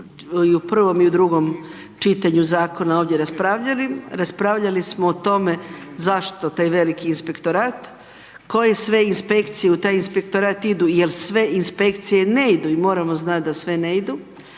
u prvom i u drugom čitanju zakona ovdje raspravljali, raspravljali smo o tome zašto taj veliki inspektorat, koje sve inspekcije u taj inspektorat idu, jer sve inspekcije ne idu i moramo znat da sve ne idu.